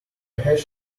hash